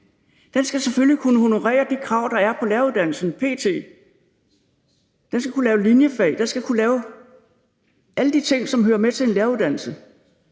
Den skal selvfølgelig kunne honorere de krav, der er på læreruddannelsen – den skal kunne tilbyde linjefag, den skal kunne tilbyde alle de ting, som hører med til en læreruddannelse.